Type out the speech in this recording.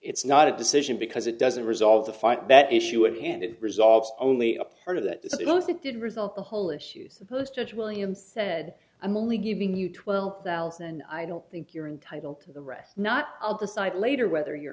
it's not a decision because it doesn't resolve the fight that issue at hand it resolves only a part of that because it did result the whole issue supposed as william said i'm only giving you twelve thousand and i don't think you're entitle to the right not i'll decide later whether you're